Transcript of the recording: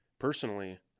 Personally